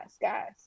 guys